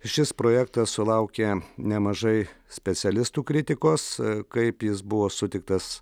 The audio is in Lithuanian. šis projektas sulaukė nemažai specialistų kritikos kaip jis buvo sutiktas